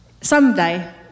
someday